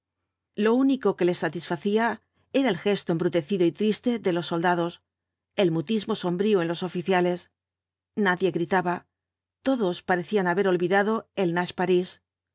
lo único que le satisfacía era el gesto embrutecido y triste de los soldados el mutismo sombrío en los oficiales nadie gritaba todos parecían haber olvidado el nach parís